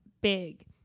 big